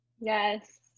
Yes